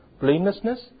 blamelessness